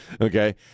okay